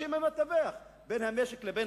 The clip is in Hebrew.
שהן המתווך בין המשק לבין